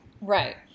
right